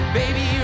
baby